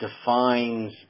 defines